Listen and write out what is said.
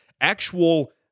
actual